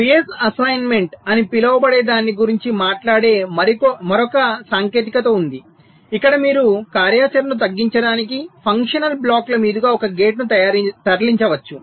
phase assignment అని పిలువబడే దానిని గూర్చి మాట్లాడే మరొక సాంకేతికత ఉంది ఇక్కడ మీరు కార్యాచరణను తగ్గించడానికి ఫంక్షనల్ బ్లాక్ల మీదుగా ఒక గేట్ను తరలించవచ్చు